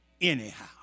anyhow